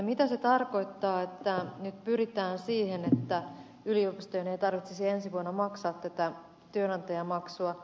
mitä se tarkoittaa että nyt pyritään siihen että yliopistojen ei tarvitsisi ensi vuonna maksaa tätä työnantajamaksua